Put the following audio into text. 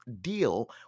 deal